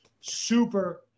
Super